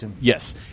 Yes